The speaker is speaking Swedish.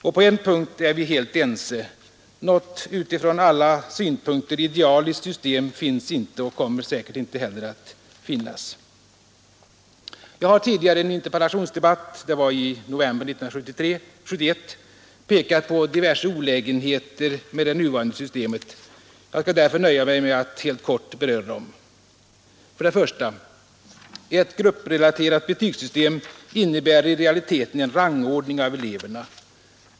I ett avseende är vi helt ense: något från alla synpunkter idealiskt system finns inte och kommer säkert inte heller att finnas. Jag har i en tidigare interpellationsdebatt — det var i november 1971 — påvisat diverse olägenheter med det nuvarande systemet. Jag skall därför nu nöja mig med att helt kort beröra dessa. 1. Ett grupprelaterat betygssystem innebär i realiteten en rangordning av eleverna.